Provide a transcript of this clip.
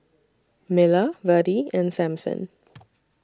Miller Virdie and Sampson